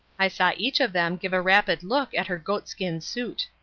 i saw each of them give a rapid look at her goatskin suit.